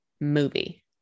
movie